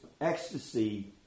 ecstasy